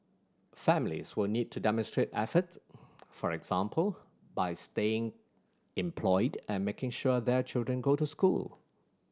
families will need to demonstrate efforts for example by staying employed and making sure their children go to school